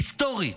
היסטורית,